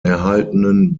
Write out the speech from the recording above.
erhaltenen